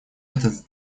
этот